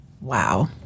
Wow